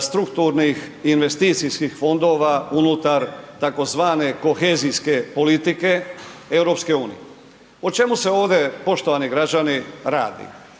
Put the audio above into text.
strukturnih i investicijskih fondova unutar tzv. kohezijske politike EU. O čemu se ovdje, poštovani građani, radi?